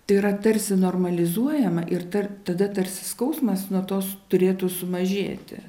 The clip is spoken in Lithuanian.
tai yra tarsi normalizuojama ir dar tada tarsi skausmas nuo tos turėtų sumažėti